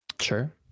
Sure